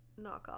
knockoff